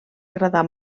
agradar